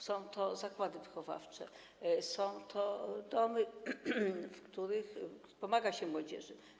Są to zakłady wychowawcze, są to domy, w których pomaga się młodzieży.